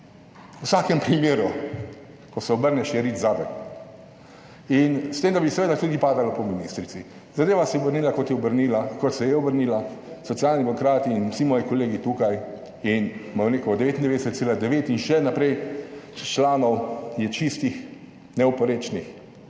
V vsakem primeru, ko se obrneš, je rit zave in s tem, da bi seveda tudi padalo po ministrici. Zadeva se je vrnila kot se je obrnila. Socialni demokrati in vsi moji kolegi tukaj in bom rekel, 99,9 in še naprej, članov je čistih, neoporečnih